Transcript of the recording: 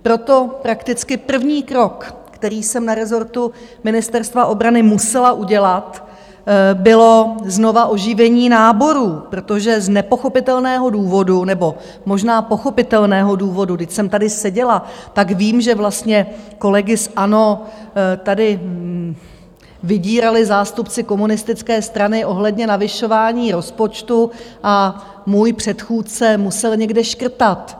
Proto prakticky první krok, který jsem na rezortu Ministerstva obrany musela udělat, bylo znovuoživení náborů, protože z nepochopitelného důvodu nebo možná pochopitelného důvodu, vždyť jsem tady seděla, tak vím, že kolegy z ANO tady vydírali zástupci komunistické strany ohledně navyšování rozpočtu, a můj předchůdce musel někde škrtat.